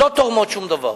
לא תורמות שום דבר.